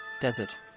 Desert